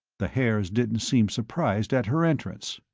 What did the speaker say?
the haers didn't seem surprised at her entrance.